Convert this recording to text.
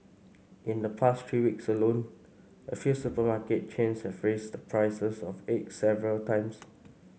in the past three weeks alone a few supermarket chains have raised the prices of eggs several times